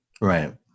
Right